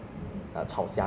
I okay de lah